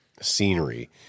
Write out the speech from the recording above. scenery